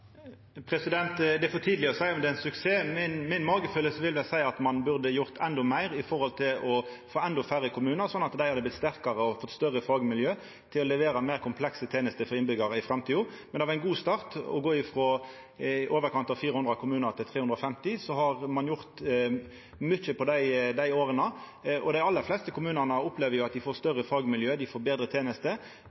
Det er for tidleg å seia om det er ein suksess. Mi magekjensle vil vel seia at ein burde ha gjort endå meir for å få endå færre kommunar, sånn at dei hadde vorte sterkare og fått større fagmiljø til å levera meir komplekse tenester for innbyggjarane i framtida, men det var ein god start å gå frå i overkant av 400 kommunar til 350. Så har ein gjort mykje på dei åra. Dei aller fleste kommunane opplever at dei får større fagmiljø, dei får betre tenester.